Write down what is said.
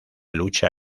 lucha